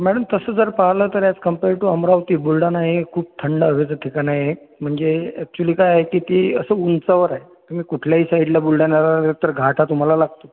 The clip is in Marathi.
मॅडम तसं जर पाहिलं तर as compare to Amravati Buldhana हे खूप थंड हवेचं ठिकाण आहे म्हणजे अॅक्च्युअली काय आहे की ते असं उंचावर आहे तुम्ही कुठल्याही साइडला बुलढाण्याला आला तर घाट हा तुम्हाला लागतोच